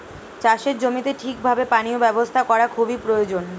চাষের জমিতে ঠিক ভাবে পানীয় ব্যবস্থা করা খুবই প্রয়োজন